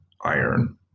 iron